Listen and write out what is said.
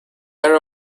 area